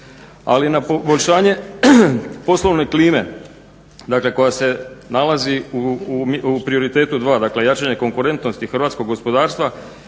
i na poboljšanje poslovne klime, dakle koja se nalazi u prioritetu dva. Dakle, jačanje konkurentnosti hrvatskog gospodarstva.